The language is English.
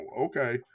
Okay